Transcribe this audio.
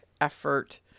effort